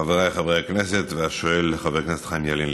חבריי חברי הכנסת והשואל חבר הכנסת חיים ילין,